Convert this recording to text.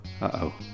Uh-oh